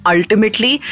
Ultimately